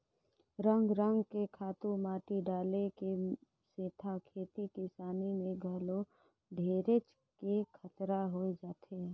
रंग रंग के खातू माटी डाले के सेथा खेती किसानी में घलो ढेरेच के खतरा होय जाथे